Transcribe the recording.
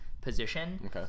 position